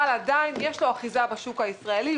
אבל עדיין יש לו אחיזה בשוק הישראלי.